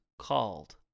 called